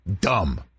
dumb